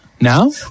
now